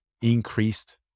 increased